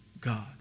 God